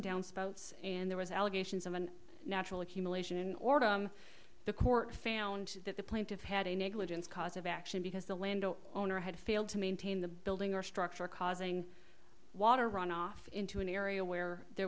downspouts and there was allegations of a natural accumulation in order the court found that the plaintiff had a negligence cause of action because the landowner owner had failed to maintain the building or structure causing water runoff into an area where there